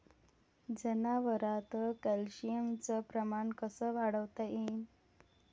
जनावरात कॅल्शियमचं प्रमान कस वाढवता येईन?